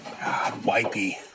wipey